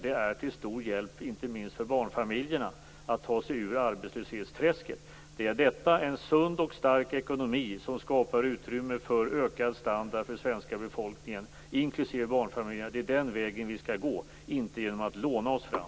Det är till stor hjälp, inte minst för barnfamiljerna, att ta sig ur arbetslöshetsträsket. Det är en sund och stark ekonomi som skapar utrymme för ökad standard för svenska befolkningen, inklusive barnfamiljerna. Det är den vägen vi skall gå - inte genom att låna oss fram.